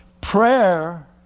Prayer